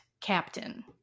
captain